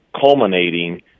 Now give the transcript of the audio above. culminating